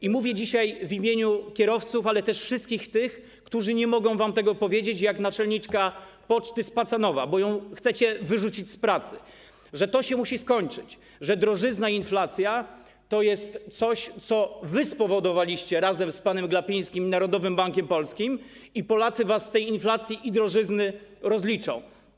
I mówię dzisiaj w imieniu kierowców, ale też wszystkich tych, którzy nie mogą wam tego powiedzieć, jak naczelniczka poczty z Pacanowa, bo ją chcecie wyrzucić z pracy, że to musi się skończyć, że drożyzna i inflacja to jest coś, co wy spowodowaliście razem z panem Glapińskim i Narodowym Bankiem Polskim, a Polacy was z tej inflacji i drożyzny rozliczą.